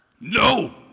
No